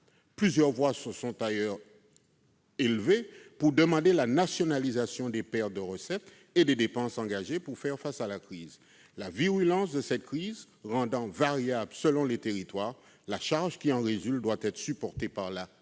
Plusieurs voix ont d'ailleurs demandé la nationalisation des pertes de recettes et des dépenses engagées pour faire face à la crise. La virulence de la crise restant variable selon les territoires, la charge qui en résulte doit être supportée par la